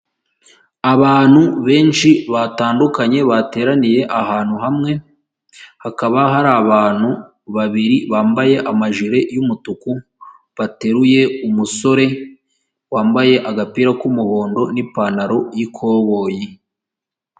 Abantu benshi batandukanye bateraniye ahantu hamwe, hakaba hari abantu babiri bambaye amajire y'umutuku bateruye umusore wambaye agapira k'umuhondo n'ipantaro y'ikoboyi.